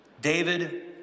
David